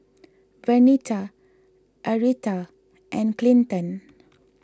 Vernita Arietta and Clinton